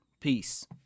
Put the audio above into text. peace